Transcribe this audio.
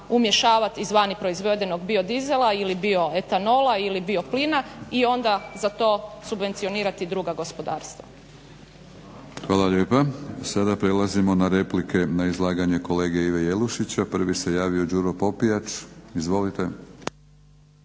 umješavat iz vani proizvedenog biodizela ili bioetanola ili bioplina i onda za to subvencionirati druga gospodarstva. **Batinić, Milorad (HNS)** Hvala lijepa. Sada prelazimo na replike na izlaganje kolege Ive Jelušića. Prvi se javio Đuro Popijač. Izvolite.